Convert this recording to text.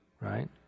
right